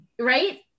right